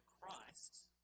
Christ